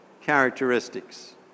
characteristics